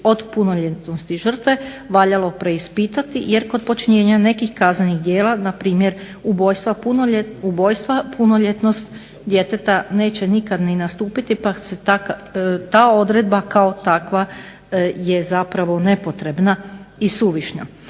od punoljetnosti žrtve, valjalo preispitati jer kod počinjenja nekih kaznenih djela npr. ubojstva punoljetnost djeteta neće nikad ni nastupiti, pa se ta odredba kao takva je zapravo nepotrebna i suvišna.